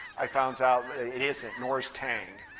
i found out it isn't, nor is tang.